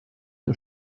der